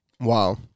Wow